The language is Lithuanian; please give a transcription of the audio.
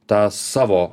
tą savo